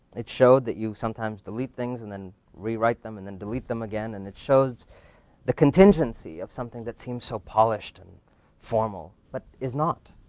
it showed that you sometimes delete things and then rewrite them and then delete them again. and it shows the contingency of something that seems so polished and formal, but is not.